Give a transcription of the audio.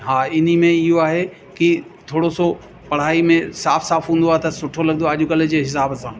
हा इन में इहो आहे की थोरो सो पढ़ाई में साफ़ साफ़ हूंदो आहे त सुठो लॻंदो आहे अॼुकल्ह जे हिसाब सां